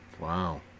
Wow